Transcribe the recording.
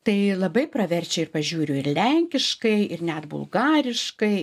tai labai praverčia ir pažiūriu ir lenkiškai ir net bulgariškai